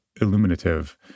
illuminative